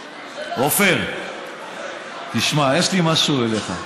עפר, תשמע, יש לי משהו אליך.